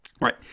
Right